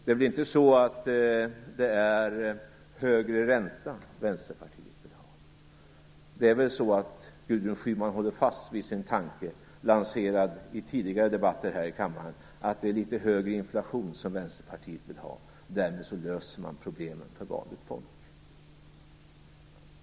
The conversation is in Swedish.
Det är väl inte så att det är en högre ränta Vänsterpartiet vill ha? Det är väl så att Gudrun Schyman håller fast vid sin tanke, lanserad i tidigare debatter här i kammaren, att det är litet högre inflation som Vänsterpartiet vill ha. Därmed löser man problemen för vanligt folk.